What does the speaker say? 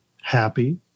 happy